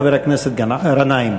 חבר הכנסת גנאים.